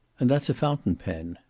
and that's a fountain-pen.